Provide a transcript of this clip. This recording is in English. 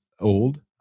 old